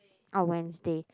orh Wednesday